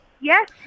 Yes